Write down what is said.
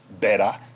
better